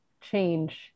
change